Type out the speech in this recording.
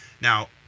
Now